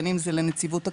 בין אם זה לנציבות הקבילות,